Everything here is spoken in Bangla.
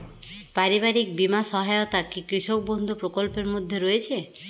পারিবারিক বীমা সহায়তা কি কৃষক বন্ধু প্রকল্পের মধ্যে রয়েছে?